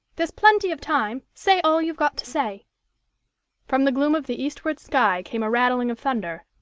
there's plenty of time. say all you've got to say from the gloom of the eastward sky came a rattling of thunder,